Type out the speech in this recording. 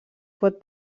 pot